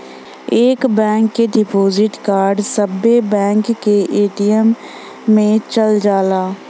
एक बैंक के debit card सब्बे बैंक के ए.टी.एम मे चल जाला